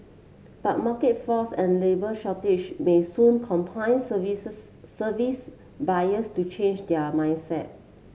but market forces and labour shortage may soon compel services service buyers to change their mindset